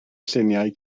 lluniau